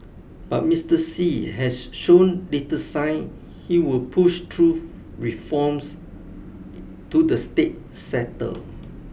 but Mister Xi has shown little sign he will push through reforms to the state sector